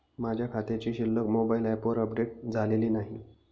माझ्या खात्याची शिल्लक मोबाइल ॲपवर अपडेट झालेली नाही